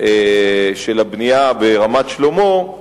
הבנייה ברמת-שלמה,